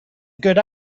good